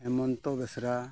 ᱦᱮᱢᱚᱱᱛᱚ ᱵᱮᱥᱨᱟ